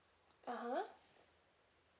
(uh huh)